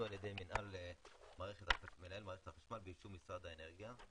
על ידי מנהל מערכת החשמל ובאישור משרד האנרגיה".